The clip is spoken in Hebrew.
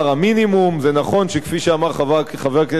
נכון, כפי שאמר חבר הכנסת מג'אדלה,